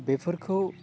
बेफोरखौ